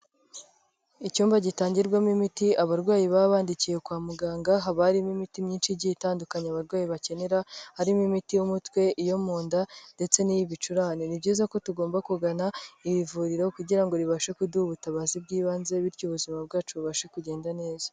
Icyumba gitangirwamo imiti abarwayi baba bandikiwe kwa muganga, haba harimo imiti myinshi igiye itandukanye abarwayi bakenera, harimo imiti y'umutwe, iyo munda ndetse n'iy'ibicurane. Ni byiza ko tugomba kugana iri vuriro kugira ngo ribashe kuduha ubutabazi bw'ibanze bityo ubuzima bwacu bubashe kugenda neza.